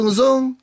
zong